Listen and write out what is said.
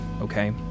okay